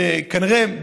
כנראה,